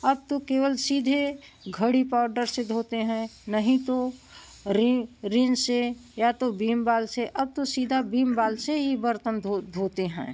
अब तो केवल सीधे घड़ी पावडर से धोते हैं नहीं तो रिन रिन से या बीम बाल से अब तो सीधा बीम बाल से ही बर्तन धो धोते हैं